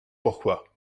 pourquoi